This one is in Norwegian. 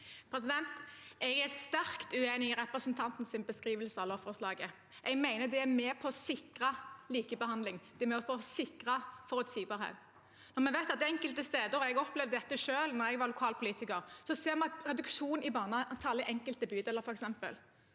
Jeg er sterkt uenig i representantens beskrivelse av lovforslaget. Jeg mener det er med på å sikre likebehandling og forutsigbarhet. Vi vet at vi enkelte steder – jeg opplevde dette selv da jeg var lokalpolitiker – ser en reduksjon i barneantallet, i enkelte bydeler f.eks.